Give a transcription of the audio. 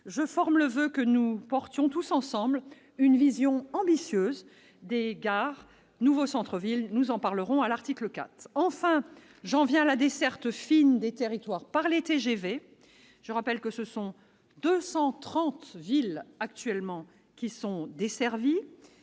Je forme le voeu que nous promouvions tous ensemble une vision ambitieuse des gares, nouveaux centres-villes. Nous en parlerons à l'article 4. Enfin, j'en viens à la desserte fine des territoires par les TGV. Une part importante des deux cent trente villes actuellement desservies